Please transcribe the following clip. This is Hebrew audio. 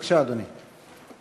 בבקשה, אדוני.